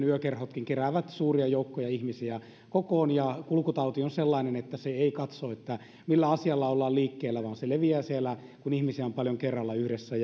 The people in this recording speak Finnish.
yökerhotkin keräävät suuria joukkoja ihmisiä kokoon ja kulkutauti on sellainen että se ei katso millä asialla ollaan liikkeellä vaan se leviää siellä kun ihmisiä on paljon kerralla yhdessä